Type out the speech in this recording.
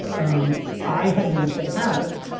um i had known sam harris,